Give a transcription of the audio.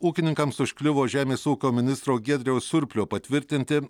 ūkininkams užkliuvo žemės ūkio ministro giedriaus surplio patvirtinti